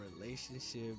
relationship